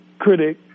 critic